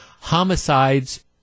homicides